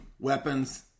weapons